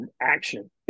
action